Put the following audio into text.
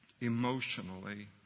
emotionally